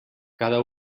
cada